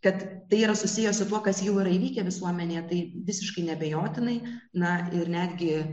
kad tai yra susiję su tuo kas jau yra įvykę visuomenėje tai visiškai neabejotinai na ir netgi